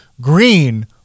green –